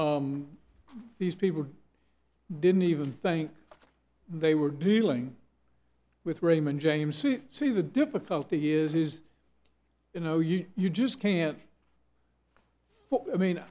these people didn't even think they were dealing with raymond james c c the difficulty is you know you you just can't i mean